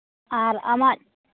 ᱟᱨ ᱟᱢᱟᱜ